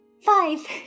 Five